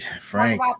Frank